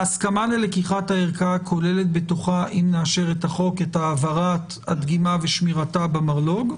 ההסכמה ללקיחת הערכה כוללת בתוכה את העברת הדגימה ושמירתה במרלו"ג,